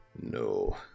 No